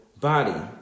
body